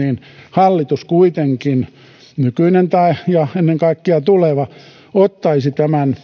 hallitus kuitenkin nykyinen ja ennen kaikkea tuleva ottaisi